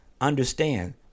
understand